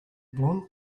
blond